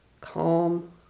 calm